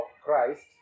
Christ